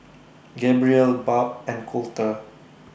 Gabrielle Barb and Colter